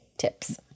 Tips